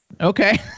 Okay